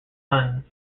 sons